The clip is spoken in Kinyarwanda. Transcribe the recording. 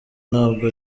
ntabwo